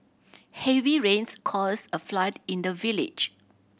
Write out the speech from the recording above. heavy rains caused a flood in the village